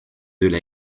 üle